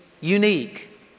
unique